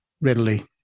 readily